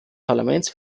parlaments